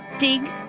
dig.